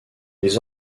les